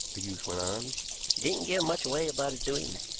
the youth went on didn't give much away about his doings.